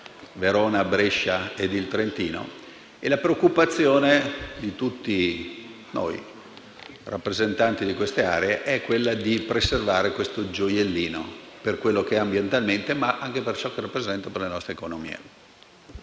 Verona, Brescia e il Trentino. La preoccupazione di tutti noi rappresentanti di queste aree è quella di preservare questo gioiellino, per quello che è dal punto di vista ambientale, ma anche per ciò che rappresenta per le nostre economie.